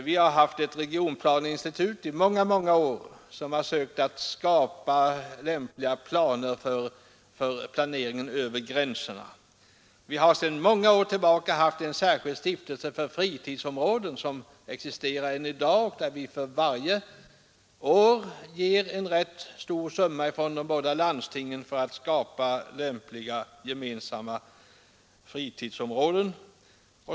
Vi har haft ett regionplaneinstitut i många år, som har sökt att skapa lämpliga former för planeringen över gränserna. Vi har sedan många år tillbaka haft en särskild stiftelse för fritidsområden, som existerar än i dag, och där vi för varje år ger en rätt stor summa från båda landstingen för att skapa lämpliga gemensamma fritidsområden.